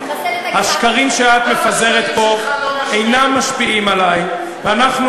השקרים שאת מפזרת פה אינם משפיעים עלי ואנחנו